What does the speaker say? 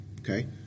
okay